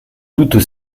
toutes